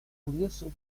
furioso